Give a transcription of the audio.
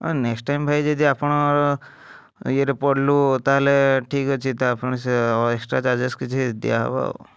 ହଁ next time ଭାଇ ଯଦି ଆପଣ ଇଏ ରେ ପଡ଼ିଲୁ ତାହେଲେ ଠିକ୍ ଅଛି ତ ଆପଣ ସେ ଏକ୍ସଟ୍ରା ଚାର୍ଜେସ୍ କିଛି ଦିଆ ହେବ ଆଉ